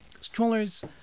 Strollers